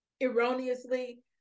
erroneously